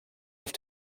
auf